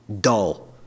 dull